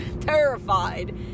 terrified